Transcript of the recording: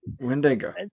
Wendigo